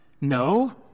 No